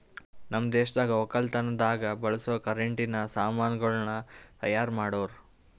ನಮ್ ದೇಶದಾಗ್ ವಕ್ಕಲತನದಾಗ್ ಬಳಸ ಕರೆಂಟಿನ ಸಾಮಾನ್ ಗಳನ್ನ್ ತೈಯಾರ್ ಮಾಡೋರ್